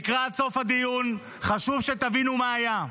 לקראת סוף הדיון, חשוב שתקשיבו מה היה: